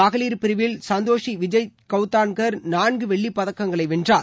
மகளிர் பிரிவில் சந்தோஷி விஜய் கவுதான்கர் நான்கு வெள்ளி பதக்கங்களை வென்றார்